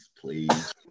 please